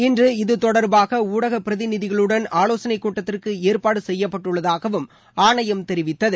இத்தொடர்பாக ஊடக பிரதிநிதிகளுடன் ஆலோசனைக் கூட்டத்திற்கு ஏற்பாடு நாளை செய்யப்பட்டுள்ளதாகவும் ஆணையம் தெரிவித்தது